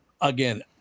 again